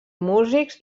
músics